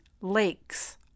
lakes